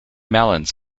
melons